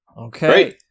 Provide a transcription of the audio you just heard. Okay